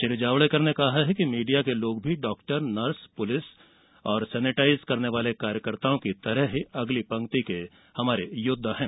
श्री जावडेकर ने कहा कि मीडिया के लोग भी डॉक्टर नर्स पुलिस और सेनेटाइज करने वाले कार्यकर्ताओं की तरह अगली पंक्ति के हमारे योद्वा हैं